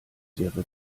wäre